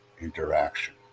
interaction